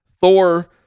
Thor